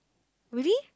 really